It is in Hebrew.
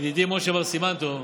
ידידי משה בר סימן טוב,